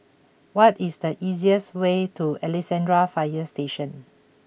what is the easiest way to Alexandra Fire Station